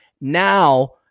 Now